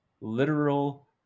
literal